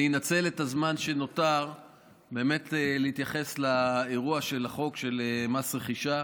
אני אנצל את הזמן שנותר כדי להתייחס לאירוע של החוק של מס רכישה,